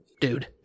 Dude